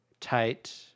Tight